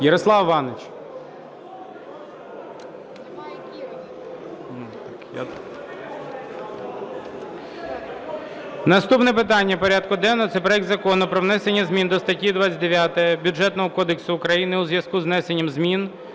Наступне питання порядку денного – це проект Закону про внесення змін до статті 29 Бюджетного кодексу України у зв'язку із внесенням змін